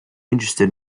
interested